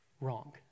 wrong